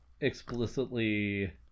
explicitly